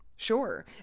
sure